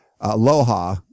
Aloha